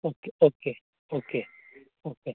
okay okay okay okay